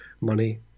money